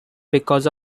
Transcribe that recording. because